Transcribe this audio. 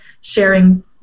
sharing